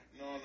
no